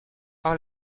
par